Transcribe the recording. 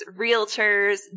realtors